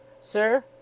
Sir